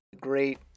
great